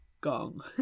gong